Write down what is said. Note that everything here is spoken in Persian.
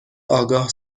آگاه